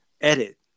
edit